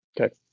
Okay